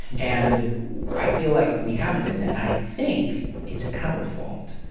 and i feel like we haven't been. i think it's our fault.